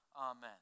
Amen